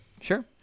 sure